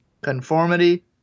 Conformity